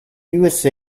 usa